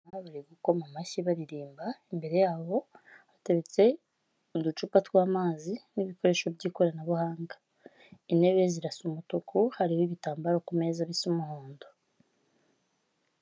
Aha bari gukoma amashyi baririmba, imbere yabo hateretse uducupa tw'amazi n'ibikoresho by'ikoranabuhanga, intebe zirasa umutuku, hariho ibitambaro ku meza bisa umuhondo.